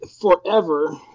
Forever